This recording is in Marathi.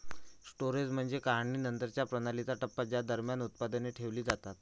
स्टोरेज म्हणजे काढणीनंतरच्या प्रणालीचा टप्पा ज्या दरम्यान उत्पादने ठेवली जातात